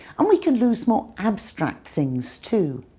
and we can lose more abstract things too.